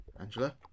Angela